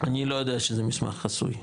אני לא יודע שזה מסמך חסוי,